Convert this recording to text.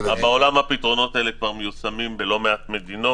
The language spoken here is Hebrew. הפתרון הזה כבר עובד.